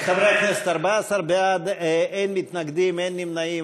חברי הכנסת, 14 בעד, אין מתנגדים, אין נמנעים.